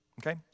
Okay